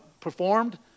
performed